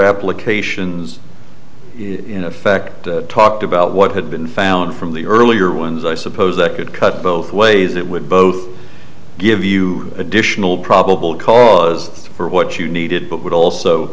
applications in effect talked about what had been found from the earlier ones i suppose that could cut both ways it would both give you additional probable cause for what you needed but would also